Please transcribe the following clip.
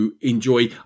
enjoy